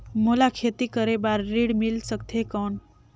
मोला खेती करे बार ऋण मिल सकथे कौन?